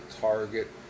Target